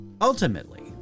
Ultimately